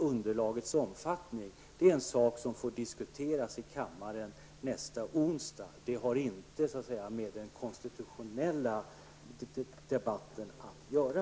Underlagets omfattning är en fråga som skall diskuteras i kammaren nästa onsdag. Det har inte med den konstitutionella debatten att göra.